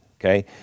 okay